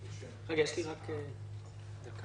היו שני דברים